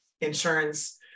insurance